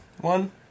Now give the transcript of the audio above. one